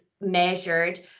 measured